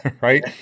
right